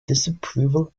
disapproval